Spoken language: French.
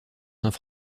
saint